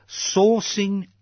sourcing